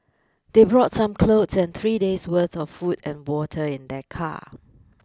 they brought some clothes and three days' worth of food and water in their car